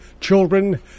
children